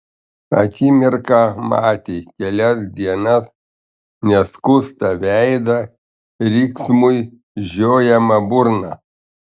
akimirką matė kelias dienas neskustą veidą riksmui žiojamą burną